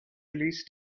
list